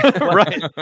Right